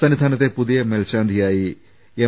സന്നിധാനത്തെ പുതിയ മേൽശാന്തിയായി എം